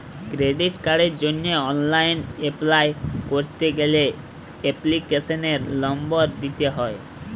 credit কার্ডের জন্হে online apply ক্যরতে গ্যালে এপ্লিকেশনের লম্বর দিত্যে হ্যয়